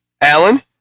Alan